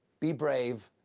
be brave,